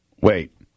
wait